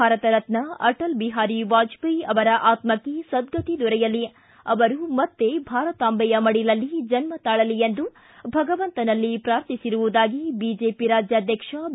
ಭಾರತರತ್ನ ಆಟಲ್ ಬಿಹಾರಿ ವಾಜಪೇಯಿ ಅವರ ಆತ್ಮಕ್ಷೆ ಸದ್ಗತಿ ದೊರೆಯಲಿ ಅವರು ಮತ್ತೆ ಭಾರತಾಂಬೆಯ ಮಡಿಲಲ್ಲಿ ಜನ್ಮ ತಾಳಲಿ ಎಂದು ಭಗವಂತನಲ್ಲಿ ಪಾರ್ಥಿಸಿರುವುದಾಗಿ ಬಿಜೆಪಿ ರಾಜ್ಕಾಧ್ಯಕ್ಷ ಬಿ